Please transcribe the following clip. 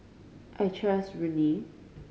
I trust Rene